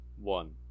one